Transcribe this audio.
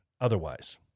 otherwise